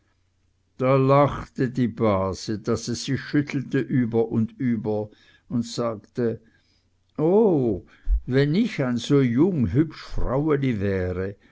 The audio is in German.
da lachte die base daß es sie schüttelte über und über und sagte oh wenn ich ein so jung hübsch fraueli wäre